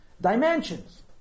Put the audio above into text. dimensions